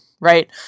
Right